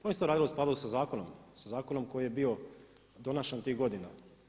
Oni su to radili u skladu sa zakonom, sa zakonom koji je bio donašan tih godina.